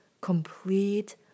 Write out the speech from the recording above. complete